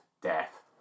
Death